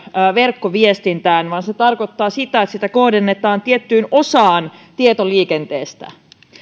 verkkoviestintään vaan se tarkoittaa sitä että sitä kohdennetaan tiettyyn osaan tietoliikenteestä